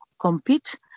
compete